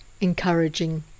encouraging